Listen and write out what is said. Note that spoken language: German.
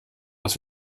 was